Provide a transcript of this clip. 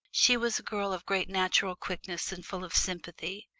she was a girl of great natural quickness and full of sympathy.